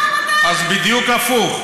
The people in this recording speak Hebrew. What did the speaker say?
אז בדיוק הפוך.